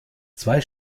zwei